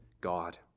God